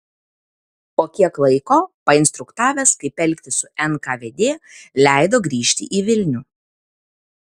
po kiek laiko painstruktavęs kaip elgtis su nkvd leido grįžti į vilnių